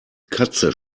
katze